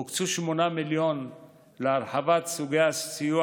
הוקצו 8 מיליון שקלים להרחבת סוגי הסיוע